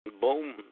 Boom